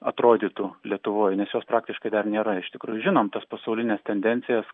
atrodytų lietuvoj nes jos praktiškai dar nėra iš tikrųjų žinom tas pasaulines tendencijas